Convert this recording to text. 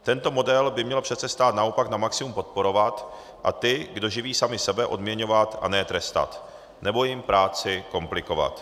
Tento model by měl přece stát naopak na maximum podporovat a ty, kdo živí sami sebe, odměňovat a ne trestat nebo jim práci komplikovat.